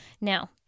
Now